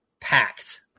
packed